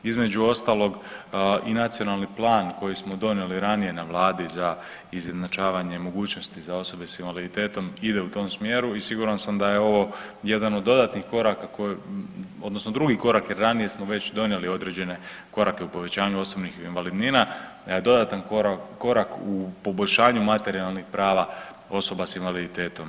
Između ostalog i nacionalni plan koji smo donijeli ranije na Vladi za izjednačavanje mogućnosti za osobe sa invaliditetom ide u tom smjeru i siguran sam da je ovo jedan od dodatnih koraka, odnosno drugi korak jer ranije smo već donijeli određene korake u povećanju osobnih invalidnina, dodatan korak u poboljšanju materijalnih prava osoba sa invaliditetom.